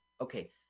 okay